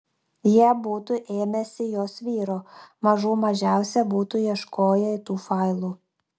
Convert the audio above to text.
jie būtų ėmęsi jos vyro mažų mažiausia būtų ieškoję tų failų